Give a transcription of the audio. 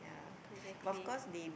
exactly